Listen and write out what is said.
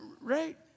Right